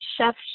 chef